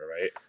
right